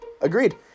agreed